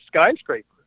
skyscraper